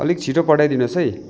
अलिक छिटो पठाइदिनुहोस् है